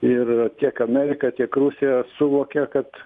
ir tiek amerika tiek rusija suvokia kad